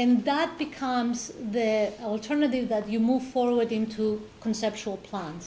and that becomes the alternative that you move forward into conceptual plans